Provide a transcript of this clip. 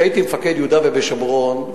כשהייתי מפקד יהודה ושומרון,